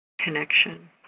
connection